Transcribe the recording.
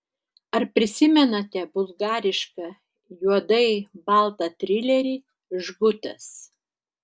ar prisimenate bulgarišką juodai baltą trilerį žgutas